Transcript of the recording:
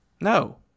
No